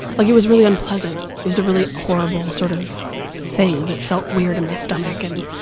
like, it was really unpleasant. it was a really horrible sort of thing that felt weird in my stomach. and